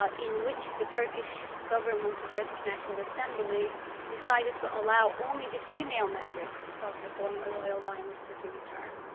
ah in which the turkish government, the turkish national assembly decided to allow only the female members of the former royal dynasty to return.